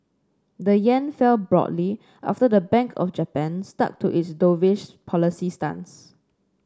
the yen fell broadly after the Bank of Japan stuck to its dovish policy stance